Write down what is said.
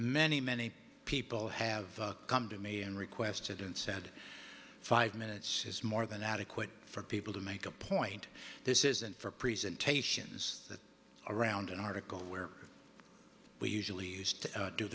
many many people have come to me and requested and said five minutes is more than adequate for people to make a point this isn't for presentations that around an article where we usually used to do